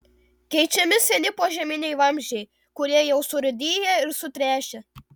keičiami seni požeminiai vamzdžiai kurie jau surūdiję ir sutręšę